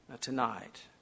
tonight